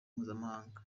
mpuzamahanga